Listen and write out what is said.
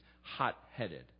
hot-headed